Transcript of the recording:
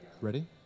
Ready